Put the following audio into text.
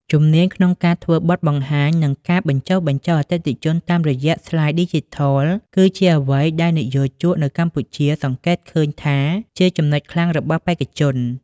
ជំនាញក្នុងការធ្វើបទបង្ហាញ និងការបញ្ចុះបញ្ចូលអតិថិជនតាមរយៈស្លាយឌីជីថល គឺជាអ្វីដែលនិយោជកនៅកម្ពុជាសង្កេតឃើញថាជាចំណុចខ្លាំងរបស់បេក្ខជន។